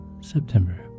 September